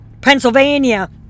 Pennsylvania